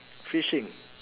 fishing